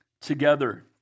together